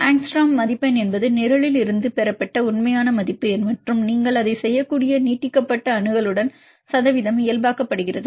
angstrom மதிப்பெண் என்பது நிரலிலிருந்து பெறப்பட்ட உண்மையான மதிப்பு மற்றும் நீங்கள் அதைச் செய்யக்கூடிய நீட்டிக்கப்பட்ட அணுகலுடன் சதவீதம் இயல்பாக்கப்படுகிறது